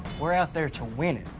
we're out there to win it,